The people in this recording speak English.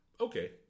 okay